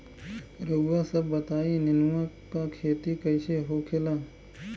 रउआ सभ बताई नेनुआ क खेती कईसे होखेला?